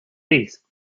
these